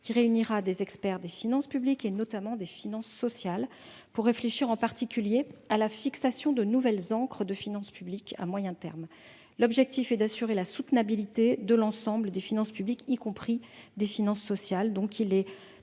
Réunissant des experts des finances publiques, notamment des finances sociales, il sera chargé de réfléchir, en particulier, à la fixation de nouvelles ancres de finances publiques à moyen terme. L'objectif est d'assurer la soutenabilité de l'ensemble des finances publiques, y compris des finances sociales. À ce